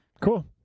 cool